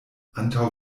antaŭ